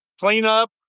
cleanup